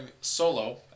solo